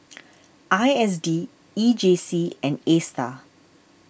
I S D E J C and Astar